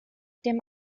dem